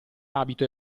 abito